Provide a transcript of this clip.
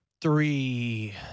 Three